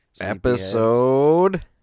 Episode